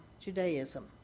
Judaism